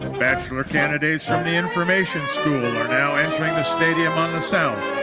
bachelor candidates from the information school are now entering the stadium on the south.